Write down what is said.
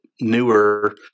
newer